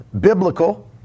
biblical